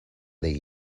they